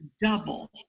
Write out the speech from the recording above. double